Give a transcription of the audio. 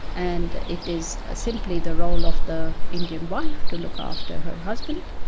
and it is simply the role of the indian wife to look after her husband.